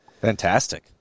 Fantastic